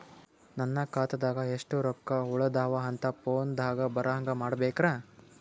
ನನ್ನ ಖಾತಾದಾಗ ಎಷ್ಟ ರೊಕ್ಕ ಉಳದಾವ ಅಂತ ಫೋನ ದಾಗ ಬರಂಗ ಮಾಡ ಬೇಕ್ರಾ?